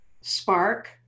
spark